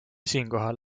siinkohal